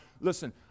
listen